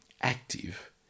active